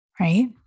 right